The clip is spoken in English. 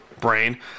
brain